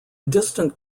distant